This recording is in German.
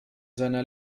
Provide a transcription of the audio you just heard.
seiner